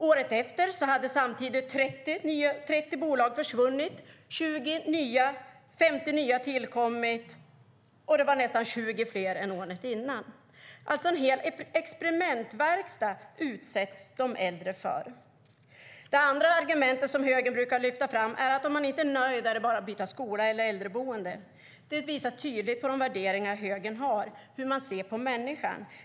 Året efter hade 30 bolag försvunnit och 50 nya tillkommit. Det var nästan 20 fler än året innan. De äldre utsätts alltså för en hel experimentverkstad. Det andra argumentet som högern brukar lyfta fram är att om man inte är nöjd är det bara att byta skola eller äldreboende. Det visar tydligt på de värderingar högern har, hur man ser på människan.